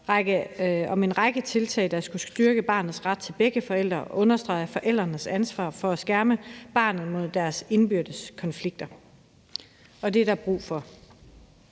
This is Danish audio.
om en række tiltag, der skal styrke barnets ret til begge forældre, understrege forældrenes ansvar for at skærme barnet mod deres indbyrdes konflikter, og det er der brug for.